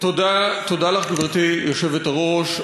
תודה לך, גברתי היושבת-ראש.